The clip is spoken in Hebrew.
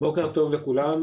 בוקר טוב לכולם.